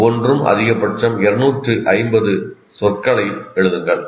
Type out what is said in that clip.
ஒவ்வொன்றும் அதிகபட்சம் 250 சொற்களை எழுதுங்கள்